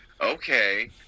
okay